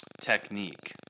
technique